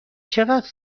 چقدر